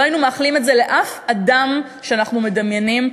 לא היינו מאחלים את זה לאף אחד שאנחנו מדמיינים.